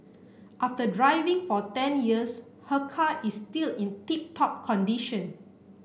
after driving for ten years her car is still in tip top condition